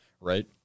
right